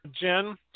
Jen